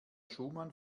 schumann